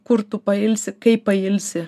kur tu pailsi kaip pailsi